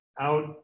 out